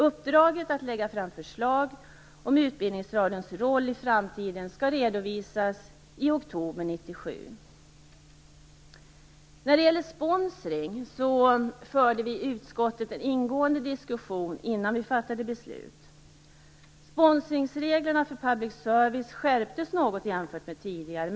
Uppdraget att lägga fram förslag om Utbildningsradions roll i framtiden skall redovisas i oktober 1997. När det gäller sponsring förde vi i utskottet en ingående diskussion innan vi fattade beslut. Sponsringsreglerna för public service skärps något jämfört med tidigare.